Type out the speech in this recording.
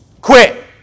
Quit